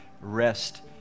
rest